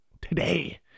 today